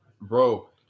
bro